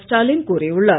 ஸ்டாலின் கூறியுள்ளார்